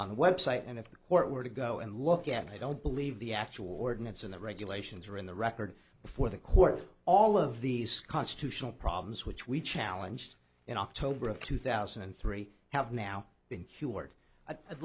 on the website and if the court were to go and look at it i don't believe the actual ordinance in the regulations or in the record before the court all of these constitutional problems which we challenge in october of two thousand and three have now been cured but i'd